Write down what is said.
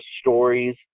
stories